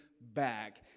back